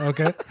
Okay